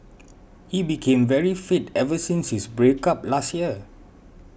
he became very fit ever since his break up last year